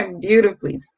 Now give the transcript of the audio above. Beautifully